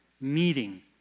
meeting